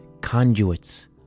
conduits